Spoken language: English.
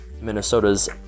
Minnesota's